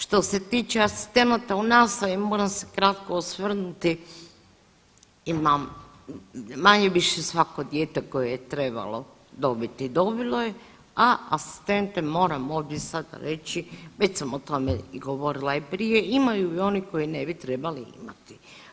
Što se tiče asistenata u nastavi moram se kratko osvrnuti imam manje-više svako dijete koje je trebalo dobiti dobilo je, a asistente moram ovdje sada reći, već sam o tome i govorila i prije, imaju i oni koji ne bi trebali imati.